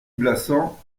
blassans